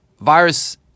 virus